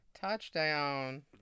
Touchdown